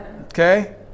okay